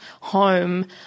home